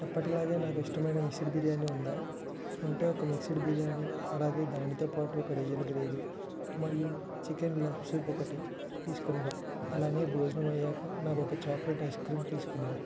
ఎప్పటిలాగ నాకు ఇష్టమైన మిక్స్డ్ బిర్యానీ ఉందా ఉంటే ఒక మిక్స్డ్ బిర్యానీ అలాగే దానితోపాటు ఒక రొయ్యల గ్రేవీ మరియు చికెన్ లెగ్ సూప్ ఒకటి తీసుకొని రా అలాగే భోజనం అయ్యాక నాకు ఒక చాక్లెట్ ఐస్ క్రీమ్ తీసుకుని రా